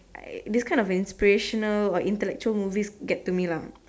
I this kind of inspirational and intellectual movies get to me lah